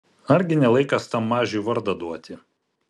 argi ne laikas tam mažiui vardą duoti